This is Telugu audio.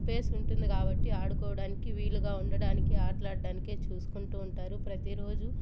స్పేస్ ఉంటుంది కాబట్టి ఆడుకోవడానికి వీలుగా ఉండడానికి ఆడడానికే చూసుకుంటు ఉంటారు ప్రతిరోజు